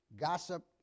gossip